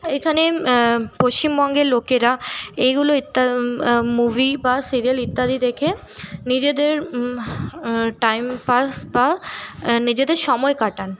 এইখানে পশ্চিমবঙ্গের লোকেরা এগুলো ইত্যা মুভি বা সিরিয়াল ইত্যাদি দেখে নিজেদের টাইম পাস বা নিজেদের সময় কাটান